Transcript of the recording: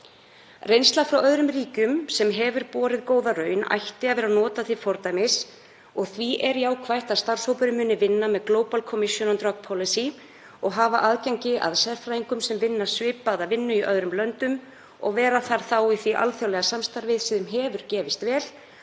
Reynslu frá öðrum ríkjum, sem hefur borið góða raun, ætti að nota til fordæmis og því er jákvætt að starfshópurinn muni vinna með The Global Commission on Drug Policy og hafa aðgengi að sérfræðingum sem vinna svipaða vinnu í öðrum löndum og vera þá í því alþjóðlega samstarfi sem hefur gefist vel